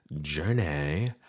journey